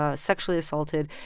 ah sexually assaulted,